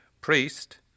priest